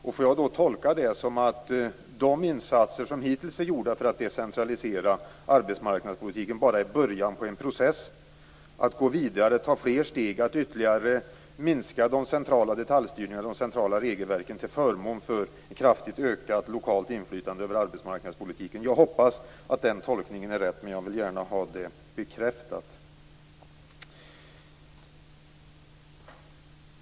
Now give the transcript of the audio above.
Kan jag tolka detta så att de insatser som hittills har gjorts för att decentralisera arbetsmarknadspolitiken bara är början på en process för att man sedan skall ta ytterligare steg för att gå vidare och minska de centrala detaljstyrningarna och regelverken till förmån för ett kraftigt ökat lokalt inflytande över arbetsmarknadspolitiken? Jag hoppas att den tolkningen är rätt, men jag vill gärna ha den bekräftad.